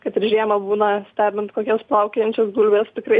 kad ir žiemą būna stebint kokias plaukiojančias gulbes tikrai